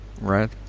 right